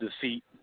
defeat